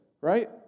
right